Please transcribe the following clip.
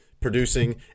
producing